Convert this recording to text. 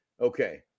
Okay